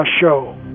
Show